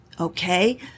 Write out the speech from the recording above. okay